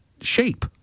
shape